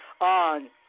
on